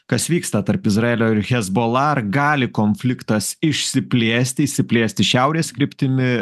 kas vyksta tarp izraelio ir hezbola gali konfliktas išsiplėsti išsiplėsti šiaurės kryptimi